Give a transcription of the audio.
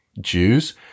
Jews